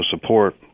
support